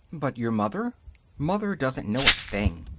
but your mother mother doesn't know a thing.